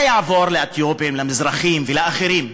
זה יעבור לאתיופים, למזרחים ולאחרים.